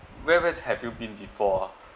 where where have you been before